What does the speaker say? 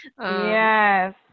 yes